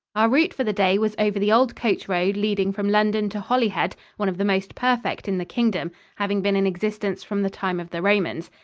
our route for the day was over the old coach road leading from london to holyhead, one of the most perfect in the kingdom, having been in existence from the time of the romans.